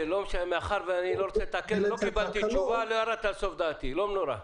לא ירדת לסוף דעתי, לא נורא.